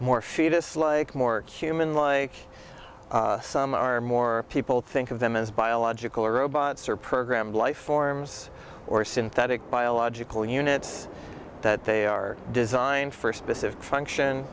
more fetus like more human like some are more people think of them as biological robots or programmed life forms or synthetic biological units that they are designed for a specific function